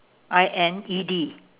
I N E D